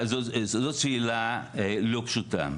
זאת שאלה לא פשוטה.